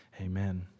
amen